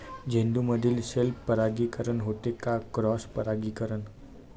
झेंडूमंदी सेल्फ परागीकरन होते का क्रॉस परागीकरन?